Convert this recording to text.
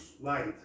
Light